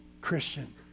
Christian